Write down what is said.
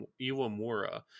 Iwamura